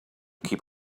keep